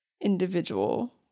individual